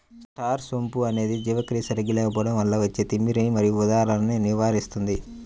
star సోంపు అనేది జీర్ణక్రియ సరిగా లేకపోవడం వల్ల వచ్చే తిమ్మిరి మరియు ఉదరాలను నివారిస్తుంది